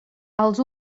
els